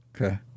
Okay